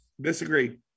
Disagree